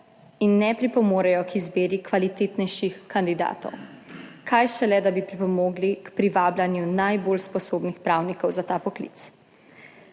in ne pripomorejo k izbiri kvalitetnejših kandidatov, kaj šele da bi pripomogli k privabljanju najbolj sposobnih pravnikov za ta poklic.